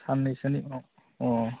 साननैसोनि उनाव अह